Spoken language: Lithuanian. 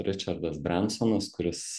ričardas brensonas kuris